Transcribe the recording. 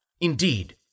Indeed